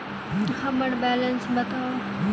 हम्मर बैलेंस बताऊ